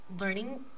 learning